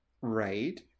Right